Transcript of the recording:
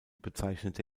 bezeichnete